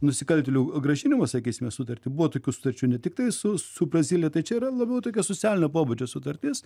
nusikaltėlių grąžinimo sakysime sutartį buvo tokių sutarčių ne tiktai su su brazilija tai čia yra labiau tokia socialinio pobūdžio sutartis